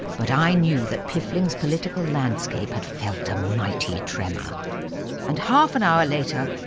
but i knew that piffling's political landscape had felt a mighty tremor and half an hour later,